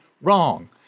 wrong